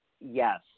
Yes